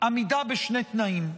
עמידה בשני תנאים: